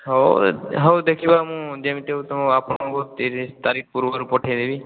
ହଉ ହଉ ଦେଖିବା ମୁଁ ଯେମିତି ହଉ ତମ ଆପଣଙ୍କୁ ତିରିଶ ତାରିଖ ପୂର୍ବରୁ ପଠାଇଦେବି